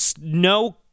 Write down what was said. no